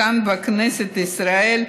כאן בכנסת ישראל,